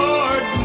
Lord